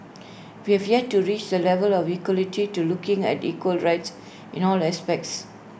we have yet to reach the level of equality to looking at equal rights in all aspects